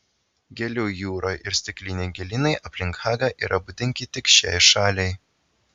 gėlių jūra ir stikliniai gėlynai aplink hagą yra būdingi tik šiai šaliai